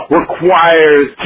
requires